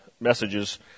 messages